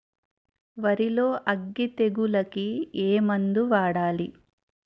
వరిలో అగ్గి తెగులకి ఏ మందు వాడాలి?